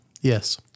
Yes